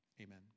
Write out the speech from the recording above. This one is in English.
amen